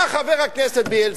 בא חבר הכנסת בילסקי,